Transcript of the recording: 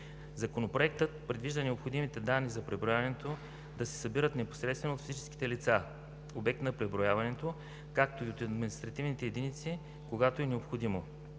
Законопроектът предвижда необходимите данни за преброяването да се събират непосредствено от физическите лица – обект на преброяването, както и от административните единици, когато е необходимо.